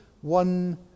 one